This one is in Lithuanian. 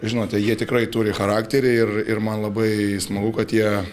žinote jie tikrai turi charakterį ir ir man labai smagu kad jie